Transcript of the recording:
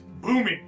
booming